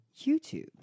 YouTube